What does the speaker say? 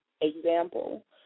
example